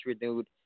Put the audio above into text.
renewed